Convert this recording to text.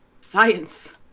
Science